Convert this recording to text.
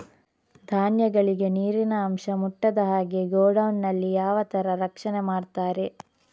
ಧಾನ್ಯಗಳಿಗೆ ನೀರಿನ ಅಂಶ ಮುಟ್ಟದ ಹಾಗೆ ಗೋಡೌನ್ ನಲ್ಲಿ ಯಾವ ತರ ರಕ್ಷಣೆ ಮಾಡ್ತಾರೆ?